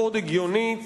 מאוד הגיונית,